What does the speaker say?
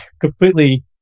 completely